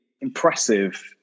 impressive